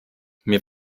mir